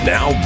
Now